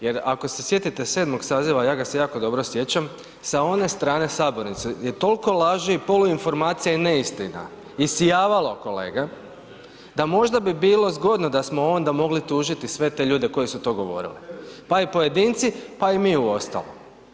Jer ako se sjetite 7. saziva, ja ga se jako dobro sjećam sa one strane sabornice je toliko laži i poluinformacija i neistina isijavalo kolega da možda bi bilo zgodno da smo onda mogli tužiti sve te ljude koji su to govorili pa i pojedinci pa i mi uostalom.